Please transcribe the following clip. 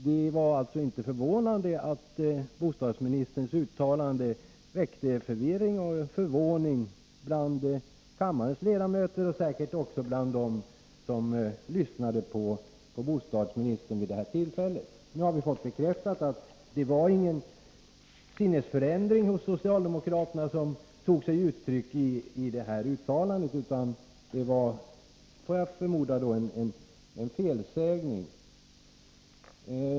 Det var alltså inte konstigt att bostadsministerns uttalande väckte förvirring och förvåning bland kammarens ledamöter och särskilt bland dem som lyssnade på bostadsministern vid det tillfället. Nu har vi fått bekräftat att det inte var någon sinnesförändring hos socialdemokraterna som tog sig uttryck i detta yttrande, utan jag förmodar att det var en felsägning.